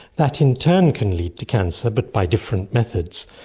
that in turn can lead to cancer but by different methods,